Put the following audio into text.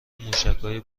موشکهای